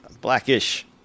Blackish